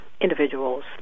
individuals